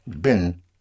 bin